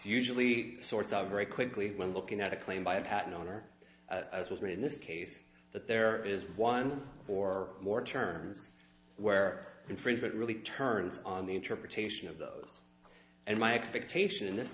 usually sorts of very quickly when looking at a claim by a patent owner as was made in this case that there is one or more terms where infringement really turns on the interpretation of those and my expectation in this